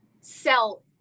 sell